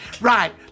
Right